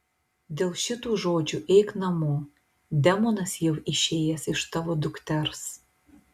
dėl šitų žodžių eik namo demonas jau išėjęs iš tavo dukters